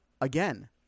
again